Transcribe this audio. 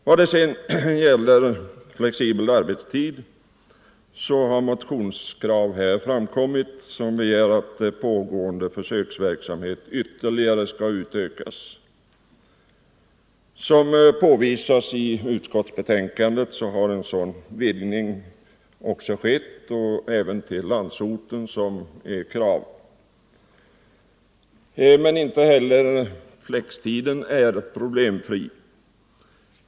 Vad gäller flexibel arbetstid har motionskrav framförts att pågående försöksverksamhet skall utökas. Som påvisas i utskottsbetänkandet har en sådan vidgning också skett — även till landsorten, som det framförts krav på. Men inte heller flextiden är problemfri.